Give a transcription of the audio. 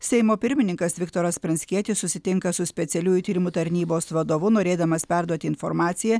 seimo pirmininkas viktoras pranckietis susitinka su specialiųjų tyrimų tarnybos vadovu norėdamas perduoti informaciją